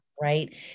right